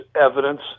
evidence